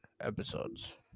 episodes